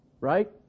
right